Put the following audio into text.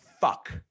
fuck